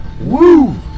Woo